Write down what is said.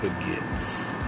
forgets